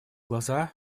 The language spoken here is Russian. глаза